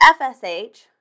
FSH